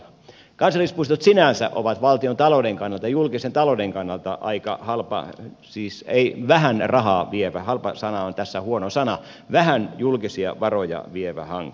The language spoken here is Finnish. kansallispuistot sinänsä ovat valtiontalouden kannalta julkisen talouden kannalta aika halpa siis vähän rahaa vievä halpa sana on tässä huono sana vähän julkisia varoja vievä hanke